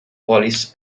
police